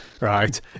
right